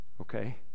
okay